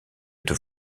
deux